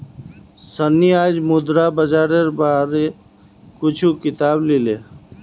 सन्नी आईज मुद्रा बाजारेर बार कुछू किताब ली ले